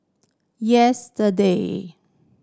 yesterday